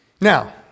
Now